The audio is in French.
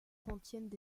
contiennent